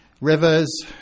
rivers